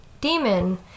demon